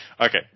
okay